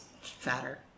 fatter